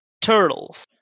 turtles